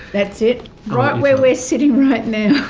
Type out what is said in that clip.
that's it, right where we're sitting right now,